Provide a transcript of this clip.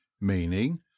meaning